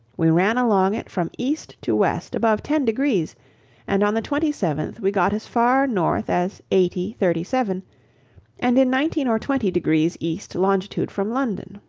we ran along it from east to west above ten degrees and on the twenty seventh we got as far north as eighty, thirty seven and in nineteen or twenty degrees east longitude from london.